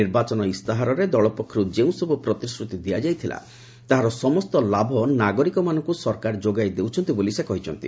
ନିର୍ବାଚନ ଇସ୍ତାହାରରେ ଦଳ ପକ୍ଷରୁ ଯେଉଁସବୁ ପ୍ରତିଶ୍ରତି ଦିଆଯାଇଥିଲା ତାହାର ସମସ୍ତ ଲାଭ ନାଗରିକମାନଙ୍କୁ ସରକାର ଯୋଗାଇ ଦେଉଛନ୍ତି ବୋଲି ସେ କହିଛନ୍ତି